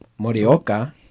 Morioka